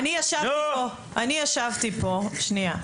שנייה,